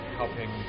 helping